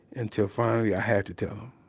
until finally, i had to tell